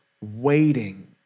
waiting